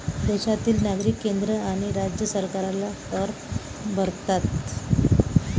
देशातील नागरिक केंद्र आणि राज्य सरकारला कर भरतात